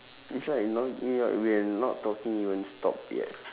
it's like not we are not talking you won't stop yet